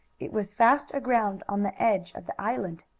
it was fast aground on the edge of the island.